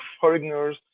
foreigners